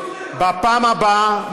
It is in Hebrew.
בפעם הבאה,